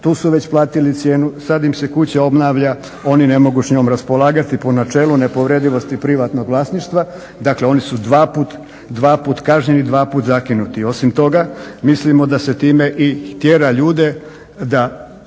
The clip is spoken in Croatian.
tu su već platili cijenu, sad im se kuća obnavlja, oni ne mogu s njom raspolagati po načelu nepovredivosti privatnog vlasništva. Dakle oni su dvaput kažnjeni, dvaput zakinuti. Osim toga, mislimo da se time i tjera ljude da